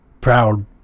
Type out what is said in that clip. proud